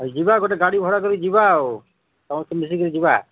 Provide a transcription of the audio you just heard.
ଯିବା ଗୋଟେ ଗାଡ଼ି ଭଡ଼ା କରି ଯିବା ଆଉ ସମସ୍ତେ ମିଶିକିରି ଯିବା